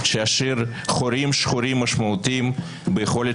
שישאיר חורים שחורים משמעותיים ביכולת